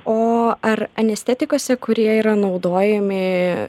o ar anestetikuose kurie yra naudojami